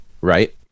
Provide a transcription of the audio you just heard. Right